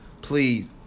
Please